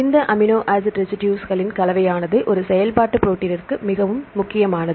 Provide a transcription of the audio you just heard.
இந்த amino acid ரெசிடுஸ்களின் கலவையானது ஒரு செயல்பாட்டு ப்ரோடீன்னிற்கு மிகவும் முக்கியமானது